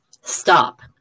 stop